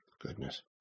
Goodness